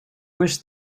wish